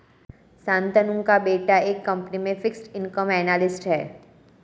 शांतनु का बेटा एक कंपनी में फिक्स्ड इनकम एनालिस्ट है